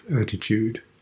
attitude